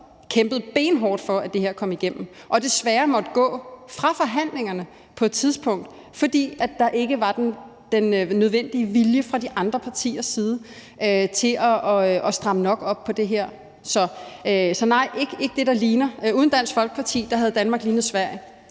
kæmpede benhårdt for, at det her kom igennem, og man desværre måtte gå fra forhandlingerne på et tidspunkt, fordi der ikke var den nødvendige vilje fra de andre partiers side til at stramme nok op på det her, så nej, ikke det, der ligner. Uden Dansk Folkeparti havde Danmark lignet Sverige,